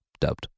dubbed